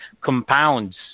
compounds